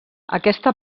aquesta